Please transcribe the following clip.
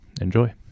Enjoy